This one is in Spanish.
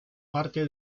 parte